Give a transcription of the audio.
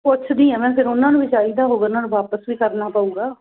ਪੁੱਛਦੀ ਹਾਂ ਮੈਂ ਫਿਰ ਉਹਨਾਂ ਨੂੰ ਵੀ ਚਾਹੀਦਾ ਹੋਊ ਉਹਨਾਂ ਨੂੰ ਵਾਪਿਸ ਵੀ ਕਰਨਾ ਪਊਗਾ